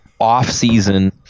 offseason